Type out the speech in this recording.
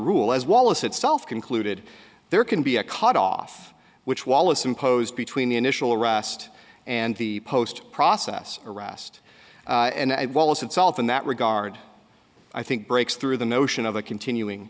rule as wallace itself concluded there can be a cut off which wallace imposed between the initial arrest and the post process arrest and wallace itself in that regard i think breaks through the notion of a continuing